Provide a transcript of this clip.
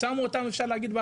שמו אותם במתנ"ס.